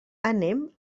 anem